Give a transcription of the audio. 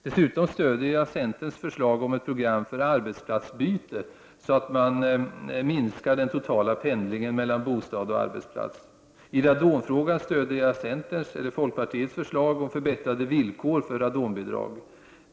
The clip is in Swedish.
Dessutom stödjer jag centerns förslag om ett program för arbetsplatsbyte, så att man minskar den totala pendlingen mellan bostad och arbetsplats. I radonfrågan stödjer jag centerns eller folkpartiets förslag om förbättrade villkor för radonbidrag.